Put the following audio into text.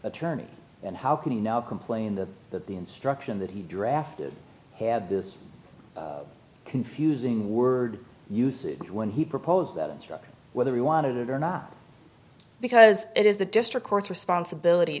attorney and how can he now complain that that the instruction that he drafted had this confusing word usage when he proposed that instruction whether he wanted it or not because it is the district courts responsibility